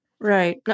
Right